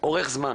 אורך זמן.